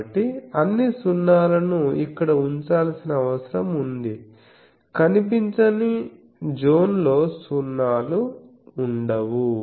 కాబట్టి అన్ని సున్నాలను ఇక్కడ ఉంచాల్సిన అవసరం ఉంది కనిపించని కనిపించని జోన్లో సున్నాలు వుండవు